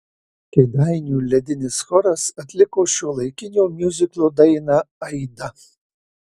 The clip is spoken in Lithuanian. kėdainių ledinis choras atliko šiuolaikinio miuziklo dainą aida